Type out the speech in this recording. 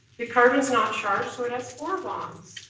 the carbon's not charged so it has four bonds.